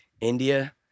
India